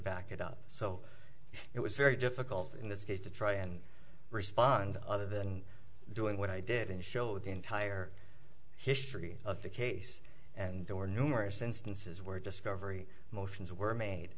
back it up so it was very difficult in this case to try and respond other than doing what i did and show the entire history of the case and there were numerous instances where discovery motions were made